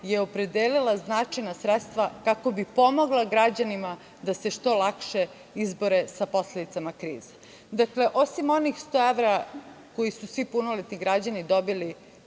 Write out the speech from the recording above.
je opredelila značajna sredstva kako bi pomogla građanima da se što lakše izbore sa posledicama krize. Dakle, osim onih 100 evra koji su svi punoletni građani dobili